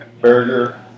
burger